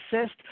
assist